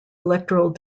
electoral